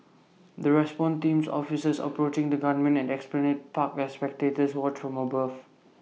the response teams officers approaching the gunman at esplanade park as spectators watch from above